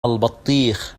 البطيخ